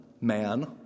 man